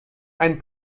ein